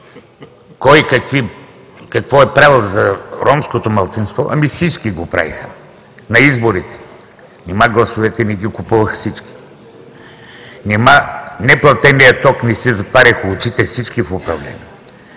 какво е правил за ромското малцинство, ами, всички го правиха. На изборите: нима гласовете не ги купуваха всички? Нима за неплатения ток не си затваряха очите всички в управление?